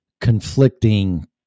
conflicting